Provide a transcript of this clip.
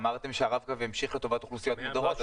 אמרתם שהרב-קו ימשיך לטובת אוכלוסיות מודרות,